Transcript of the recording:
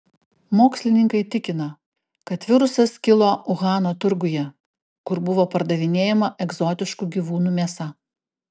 mokslininkai tikina kad virusas kilo uhano turguje kur buvo pardavinėjama egzotiškų gyvūnų mėsa